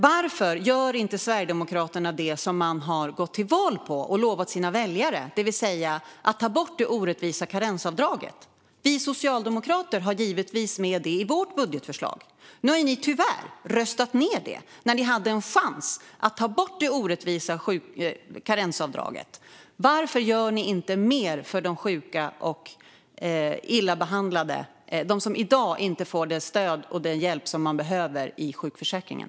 Varför gör inte Sverigedemokraterna det som man har gått till val på och lovat sina väljare, det vill säga att ta bort det orättvisa karensavdraget? Vi socialdemokrater har givetvis med det i vårt budgetförslag. Nu har ni tyvärr röstat ned det, när ni hade en chans att ta bort det orättvisa karensavdraget. Varför gör ni inte mer för de sjuka och illa behandlade, de som i dag inte får det stöd och den hjälp som de behöver i sjukförsäkringen?